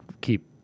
keep